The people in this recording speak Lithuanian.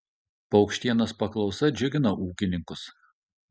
paukštienos paklausa džiugina ūkininkus